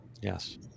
Yes